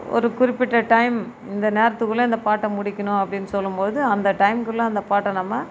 ஒரு குறிப்பிட்ட டைம் இந்த நேரத்துக்குள்ளே இந்தப் பாட்டை முடிக்கணும் அப்படினு சொல்லும்போது அந்த டைமுக்குள்ள அந்தப் பாட்டை நம்ம